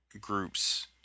groups